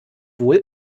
wohl